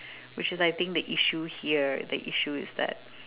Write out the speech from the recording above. which is I think it's the issue here the issue that